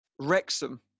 Wrexham